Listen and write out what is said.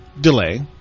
delay